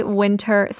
winter